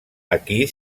aquí